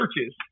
churches